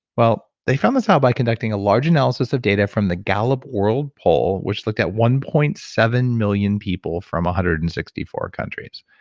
well, they found this out by conducting a large analysis of data from the gallup world poll which looked at one point seven million people from one hundred and sixty four countries.